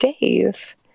Dave